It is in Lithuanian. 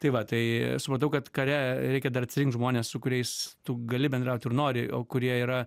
tai va tai supratau kad kare reikia dar atsirinkt žmones su kuriais tu gali bendrauti ir nori o kurie yra